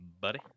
buddy